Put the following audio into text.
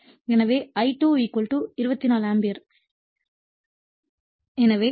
எனவே I2 24 ampere